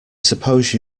suppose